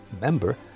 Member